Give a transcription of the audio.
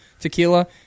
tequila